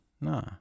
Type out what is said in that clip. nah